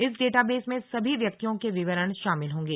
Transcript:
इस डेटाबेस में सभी व्यक्तियों के विवरण शामिल होंगे